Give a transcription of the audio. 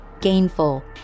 Gainful